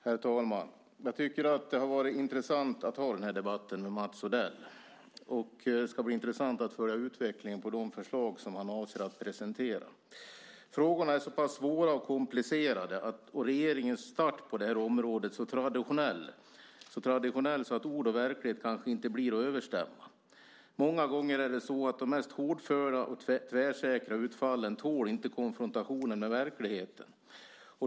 Herr talman! Jag tycker att det har varit intressant att ha den här debatten med Mats Odell. Det ska bli intressant att följa utvecklingen av de förslag som han avser att presentera. Frågorna är så pass svåra och komplicerade och regeringens start på det här området så traditionell att ord och verklighet kanske inte överensstämmer. Många gånger tål inte de mest hårdföra och tvärsäkra utfall konfrontationen med verkligheten.